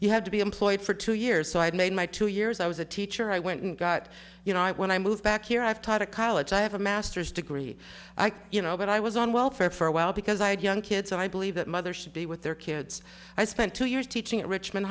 you had to be employed for two years so i made my two years i was a teacher i went and got you know i when i moved back here i've taught a college i have a master's degree you know but i was on welfare for a while because i had young kids and i believe that mothers should be with their kids i spent two years teaching at richmond